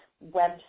web